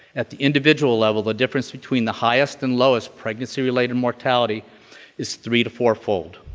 at the individual level the difference between the highest and lowest pregnancy-related mortality is three to four-fold.